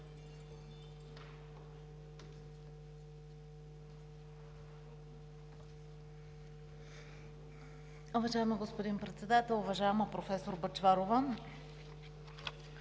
Уважаеми господин Председател! Уважаема професор Бъчварова,